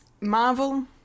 Marvel